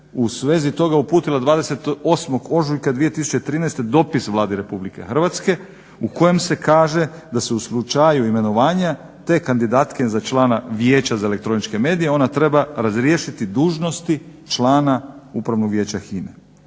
u svezi toga uputila 28.ožujka 2013. dopis Vladi Rh u kojem se kaže da se u slučaju imenovanja te kandidatkinje za člana vijeća za elektroničke medije ona treba razriješiti dužnosti člana upravnog vijeća HINA-e.